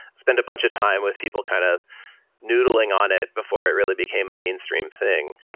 spent a bunch of time with people kind of noodling on it before it really became a mainstream thing.